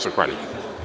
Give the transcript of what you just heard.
Zahvaljujem.